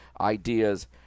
ideas